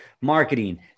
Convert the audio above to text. marketing